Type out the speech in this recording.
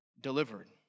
delivered